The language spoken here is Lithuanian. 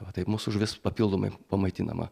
o taip mūsų žuvis papildomai pamaitinama